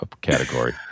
category